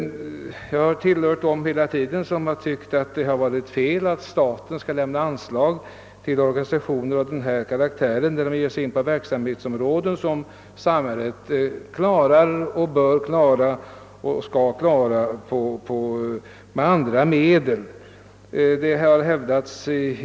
: Jag har hela tiden tillhört dem som tyckt. att det varit fel att staten skall lämna anslag till organisationer ' som ger sig in på verksamhetsområden vilka samhället klarar, bör och skall klara med andra medel.